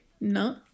No